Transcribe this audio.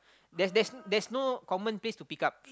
there's there's there's no common place to pick up